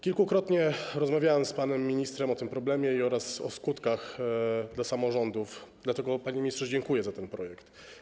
Kilkukrotnie rozmawiałem z panem ministrem o tym problemie oraz o jego skutkach dla samorządów, dlatego, panie ministrze, dziękuję za ten projekt.